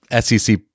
SEC